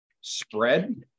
spread